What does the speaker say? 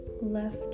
left